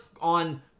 on